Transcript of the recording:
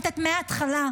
עומד על תילו, הכול בסדר,